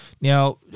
Now